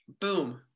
boom